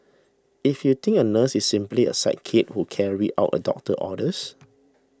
if you think a nurse is simply a sidekick who carries out a doctor's orders